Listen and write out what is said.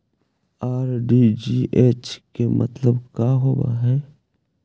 RTGS के मतलब का होव हई?